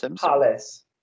Palace